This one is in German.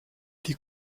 die